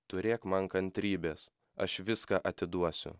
turėk man kantrybės aš viską atiduosiu